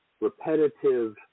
repetitive